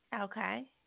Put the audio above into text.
Okay